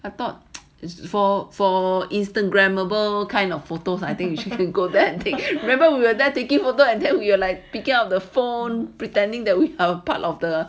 I thought is for instagrammable kind of photos I think you should go there and we are they're taking photo and then we were like picking up the phone pretending that we are part of the